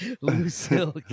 Lucille